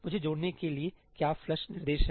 मुझे जोड़ने के लिए क्या फ्लश'flush' निर्देश है